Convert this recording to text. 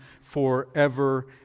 forever